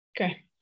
okay